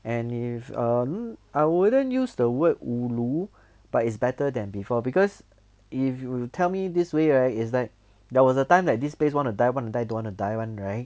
and if um I wouldn't use the word ulu but it's better than before because if you tell me this way right is like there was a time like this place want to die die don't want to die [one] right